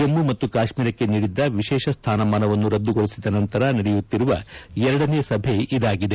ಜಮ್ಮು ಮತ್ತು ಕಾಶ್ಮೀರಕ್ಕೆ ನೀಡಿದ್ದ ವಿಶೇಷ ಸ್ಲಾನಮಾನವನ್ನು ರದ್ಗುಗೊಳಿಸಿದ ನಂತರ ನಡೆಯುತ್ತಿರುವ ಎರಡನೇ ಸಭೆ ಇದಾಗಿದೆ